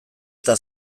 eta